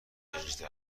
هجده